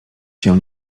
się